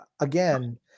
Again